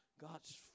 God's